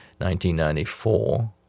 1994